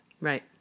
Right